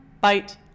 bite